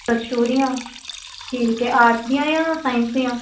ਅੱਛਾ ਉਹਦੀਆਂ ਠੀਕ ਹੈ ਆਰਟਸ ਦੀਆਂ ਜਾਂ ਸਾਇੰਸ ਦੀਆਂ